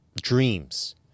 dreams